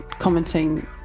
commenting